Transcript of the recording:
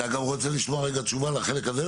אתה גם רוצה לשמוע תשובה לחלק הזה?